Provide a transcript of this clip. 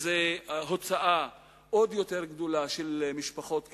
היא הוצאה עוד יותר גדולה של משפחות כאלה.